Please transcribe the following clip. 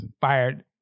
fired